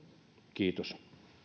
kiitos